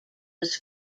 was